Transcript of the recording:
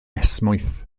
esmwyth